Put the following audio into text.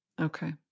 Okay